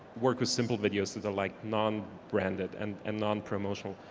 work with simple videos that are like non branded and and non-promotional,